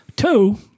Two